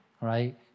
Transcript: right